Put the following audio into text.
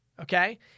Okay